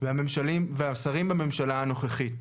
והשרים בממשלה הנוכחית.